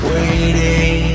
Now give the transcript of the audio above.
Waiting